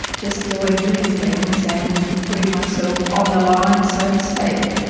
just doing little things and putting myself on the line, so to speak.